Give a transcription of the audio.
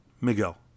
miguel